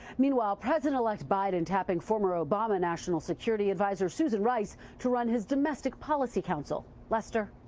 meanwhile president-elect biden tapping former obama national security adviser susan rice to run his domestic policy council. lester?